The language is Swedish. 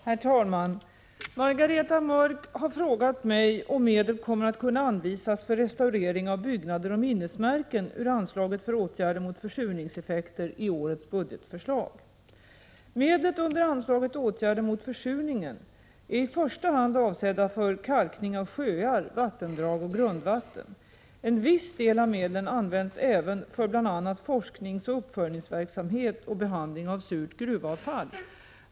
Herr talman! Margareta Mörck har frågat mig om medel kommer att kunna anvisas för restaurering av byggnader och minnesmärken ur anslaget för åtgärder mot försurningseffekter i årets budgetförslag. Medlen under anslaget Åtgärder mot försurningen är i första hand avsedda för kalkning av sjöar, vattendrag och grundvatten. En viss del av medlen används även för bl.a. forskningsoch uppföljningsverksamhet och behandling av surt gruvavfall.